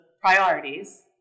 priorities